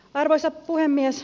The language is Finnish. arvoisa puhemies